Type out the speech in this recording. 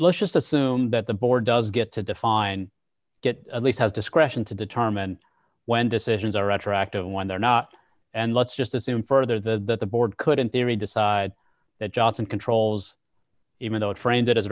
let's just assume that the board does get to define get at least has discretion to determine when decisions are attractive and when they're not and let's just assume further the board could in theory decide that johnson controls even though it framed